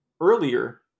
earlier